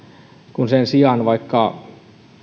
kun sen sijaan vaikka